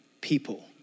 people